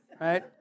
right